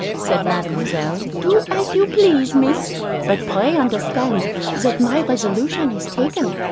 said mademoiselle, do as you please, miss but pray understand that my resolution is taken,